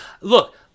look